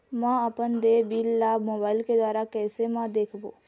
म अपन देय बिल ला मोबाइल के द्वारा कैसे म देखबो?